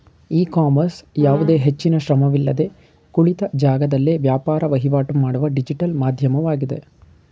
E commerce ಯಾವುದೇ ಹೆಚ್ಚಿನ ಶ್ರಮವಿಲ್ಲದೆ ಕುಳಿತ ಜಾಗದಲ್ಲೇ ವ್ಯಾಪಾರ ವಹಿವಾಟು ಮಾಡುವ ಡಿಜಿಟಲ್ ಮಾಧ್ಯಮವಾಗಿದೆ